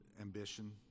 ambition